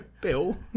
Bill